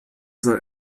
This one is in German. soll